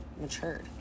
matured